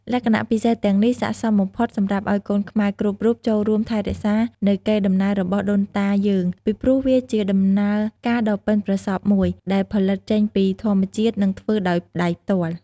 លក្ខណៈពិសេសទាំងនេះស័ក្តិសមបំផុតសម្រាប់ឲ្យកូនខ្មែរគ្រប់រូបចូលរួមថែរក្សានៅកេរតំណែលរបស់ដូនតាយើង ពីព្រោះវាជាដំណើរការដ៏បុិនប្រសព្វមួយ ដែលផលិតចេញពីធម្មជាតិនិងធ្វើដោយដៃផ្ទាល់។